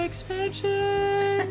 Expansion